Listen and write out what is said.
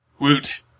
Woot